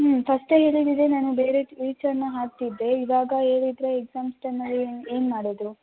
ಹ್ಞೂ ಫಸ್ಟೆ ಹೇಳಿದಿದ್ದರೆ ನಾನು ಬೇರೆ ಟೀಚರನ್ನ ಹಾಕ್ತಿದ್ದೆ ಇವಾಗ ಹೇಳಿದ್ರೆ ಎಕ್ಸಾಮ್ಸ್ ಟೈಮಲ್ಲಿ ಏನು ಏನು ಮಾಡೋದು